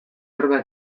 berba